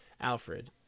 Alfred